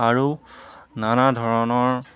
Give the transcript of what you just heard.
আৰু নানা ধৰণৰ